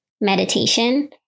meditation